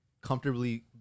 comfortably